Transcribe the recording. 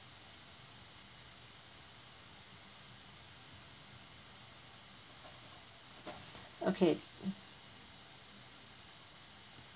okay